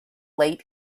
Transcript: late